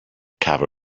cover